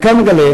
המחקר מגלה